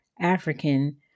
African